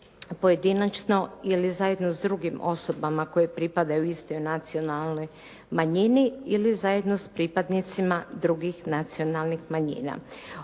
pojedinačno ili zajedno sa drugim osobama koje pripadaju istoj nacionalnoj manjini ili zajedno sa pripadnicima drugih nacionalnih manjina.